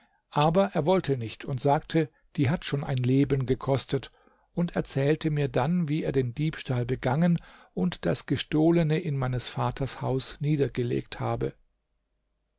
aber er wollte nicht und sagte die hat schon ein leben gekostet und erzählte mir dann wie er den diebstahl begangen und das gestohlene in meines vaters haus niedergelegt habe